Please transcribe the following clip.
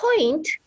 point